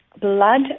blood